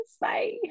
bye